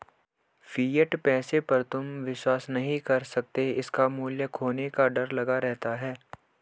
fiat पैसे पर तुम विश्वास नहीं कर सकते इसका मूल्य खोने का डर लगा रहता है